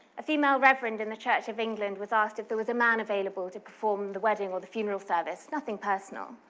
a female reverend in the church of england was asked if there was a man available to perform the wedding or funeral service nothing personal.